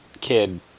kid